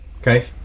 Okay